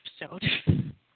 episode